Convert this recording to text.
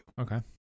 okay